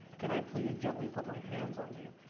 can i please gently put my hands on you.